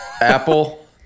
Apple